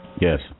Yes